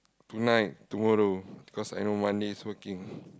tonight tomorrow cause I no money so working